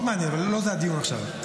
זה מאוד מעניין, אבל לא זה הדיון עכשיו.